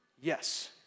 Yes